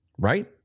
Right